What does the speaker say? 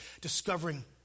discovering